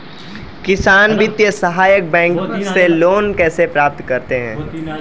किसान वित्तीय सहायता बैंक से लोंन कैसे प्राप्त करते हैं?